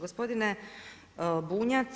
Gospodine Bunjac,